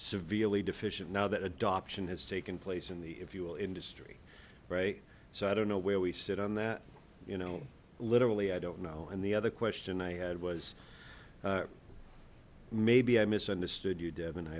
severely deficient now that adoption has taken place in the if you will industry so i don't know where we sit on that you know literally i don't know and the other question i had was maybe i misunderstood you devon i